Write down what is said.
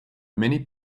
many